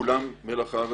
כולם מלח הארץ,